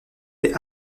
des